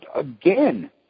again